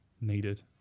needed